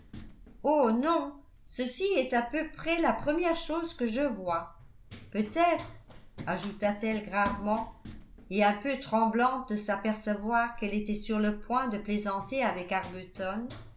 oh non ceci est à peu près la première chose que je voie peut-être ajouta-t-elle gravement et un peu tremblante de s'apercevoir qu'elle était sur le point de plaisanter avec arbuton